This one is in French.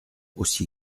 aussi